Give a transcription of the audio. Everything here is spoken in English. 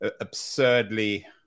absurdly